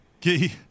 Key